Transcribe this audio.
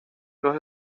los